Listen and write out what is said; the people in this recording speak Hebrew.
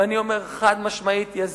ואני אומר חד-משמעית: יזיק.